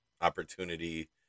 opportunity